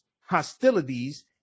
hostilities